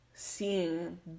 Seeing